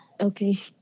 Okay